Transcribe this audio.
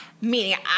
meaning